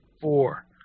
four